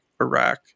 Iraq